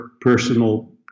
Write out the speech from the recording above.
personal